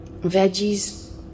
veggies